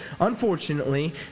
unfortunately